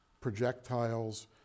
projectiles